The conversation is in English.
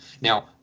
Now